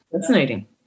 fascinating